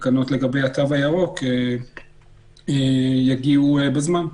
תקנות לגבי התו הירוק, יגיעו בזמן.